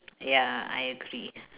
ya I agree